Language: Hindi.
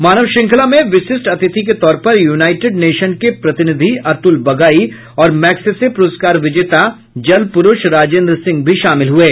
मानव श्रृंखला में विशिष्ट अतिथि के तौर पर यूनाईटेड नेशन के प्रतिनिधि अतुल बगाई और मैग्सेसे पुरस्कार विजेता जल पुरूष राजेन्द्र सिंह भी शामिल हुये